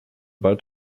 bald